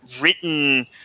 written